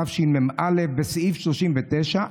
התשמ"א: בסעיף 39,